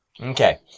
Okay